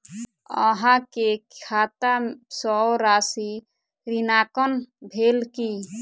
अहाँ के खाता सॅ राशि ऋणांकन भेल की?